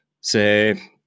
say